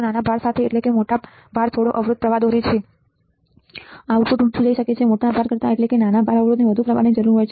નાના ભાર સાથે એટલે કે મોટો ભાર થોડો અવરોધ પ્રવાહ દોરે છે આઉટપુટ ઊંચુ જઈ શકે છે મોટા ભાર કરતાં એટલે કે નાના ભાર અવરોધને વધુ પ્રવાહની જરૂર હોય છે